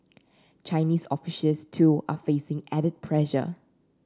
Chinese officials too are facing added pressure